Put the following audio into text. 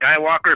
Skywalker